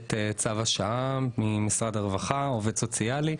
מינהלת צו השעה במשרד הרווחה ועובד סוציאלי.